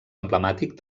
emblemàtic